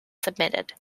submitted